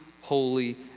holy